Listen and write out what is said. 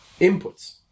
inputs